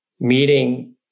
meeting